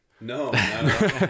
No